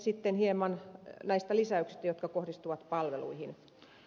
sitten hieman näistä lisäyksistä jotka kohdistuvat palveluihin